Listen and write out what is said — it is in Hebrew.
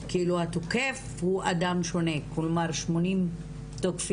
שבהם התוקף הוא אדם שונה, כלומר 80 תוקפים,